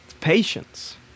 patience